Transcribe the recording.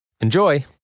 Enjoy